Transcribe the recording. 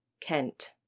Kent